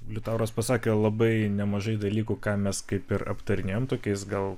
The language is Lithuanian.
liutauras pasakė labai nemažai dalykų ką mes kaip ir aptarinėjom tokiais gal